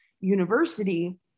University